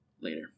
later